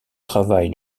travail